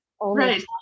Right